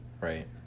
Right